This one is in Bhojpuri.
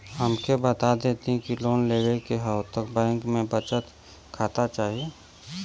हमके बता देती की लोन लेवे के हव त बैंक में बचत खाता चाही?